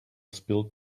spilt